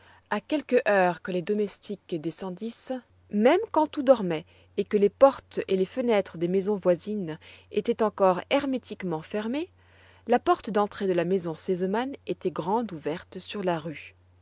à quelque heure que les domestiques descendissent même quand tout dormait et que les portes et les fenêtres des maisons voisines étaient encore hermétiquement fermées la porte d'entrée de la maison sesemann était grande ouverte sur la rue